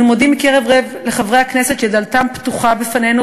אנו מודים מקרב לב לחברי הכנסת שדלתם פתוחה בפנינו